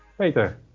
Peter